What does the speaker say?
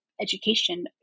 education